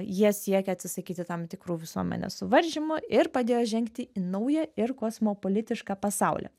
jie siekė atsisakyti tam tikrų visuomenės suvaržymų ir padėjo žengti į naują ir kosmopolitišką pasaulį